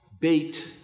bait